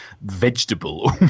vegetable